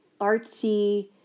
artsy